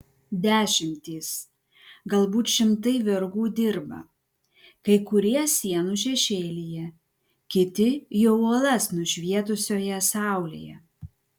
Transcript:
dešimtys galbūt šimtai vergų dirba kai kurie sienų šešėlyje kiti jau uolas nušvietusioje saulėje